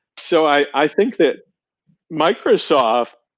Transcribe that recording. so i think that microsoft,